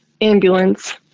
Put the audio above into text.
ambulance